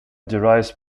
derives